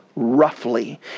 Roughly